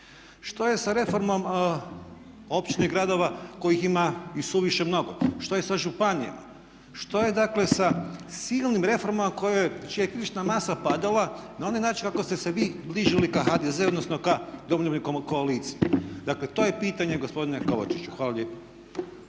Što je sa reformom općine, gradova kojih ima i suviše mnogo? Što je sa županijama? Što je dakle sa silnim reformama koje će kritična masa padova, na onaj način kako ste se vi bližili ka HDZ-u odnosno ka Domoljubnoj koaliciji? Dakle to je pitanje gospodine Kovačiću. Hvala lijepa.